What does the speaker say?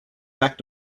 back